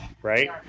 right